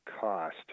cost